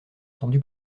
tendu